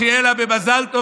שיהיה לה במזל טוב,